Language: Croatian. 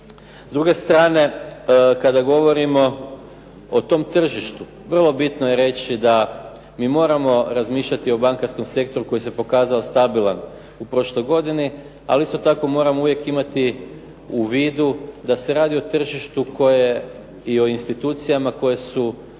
S druge strane kada govorimo o tom tržištu vrlo bitno je reći da mi moramo razmišljati o bankarskom sektoru koji se pokazao stabilan u prošloj godini. Ali isto tako moramo uvijek imati u vidu da se radi o tržištu koje i o institucijama koje su